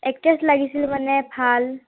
actress লাগিছিল মানে ভাল